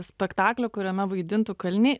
spektaklio kuriame vaidintų kaliniai